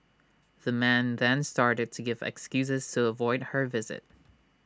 the man then started to give excuses to avoid her visit